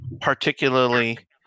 particularly